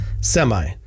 semi